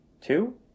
Two